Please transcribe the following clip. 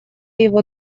его